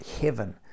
heaven